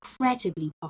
incredibly